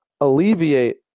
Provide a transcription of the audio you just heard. alleviate